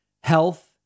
health